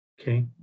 okay